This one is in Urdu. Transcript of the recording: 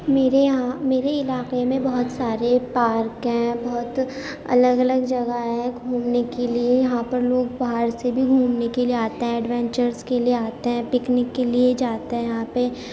میرے یہاں میرے علاقہ میں بہت سارے پارک ہیں بہت الگ الگ جگہ ہے گھومنے کے لیے یہاں پر لوگ باہر سے بھی گھومنے کے لیے آتے ہیں ایڈونچرس کے لیے آتے ہیں پکنک کے لیے جاتے ہیں یہاں پہ